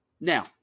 Now